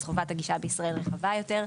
אז חובת הגישה בישראל רחבה יותר.